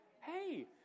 Hey